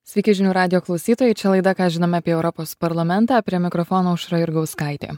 sveiki žinių radijo klausytojai čia laida ką žinome apie europos parlamentą prie mikrofono aušra jurgauskaitė